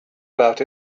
about